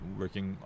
working